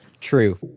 True